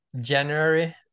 January